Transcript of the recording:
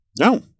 no